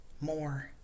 more